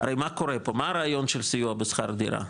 הרי מה קורה פה, מה הרעיון של סיוע בשכר דירה,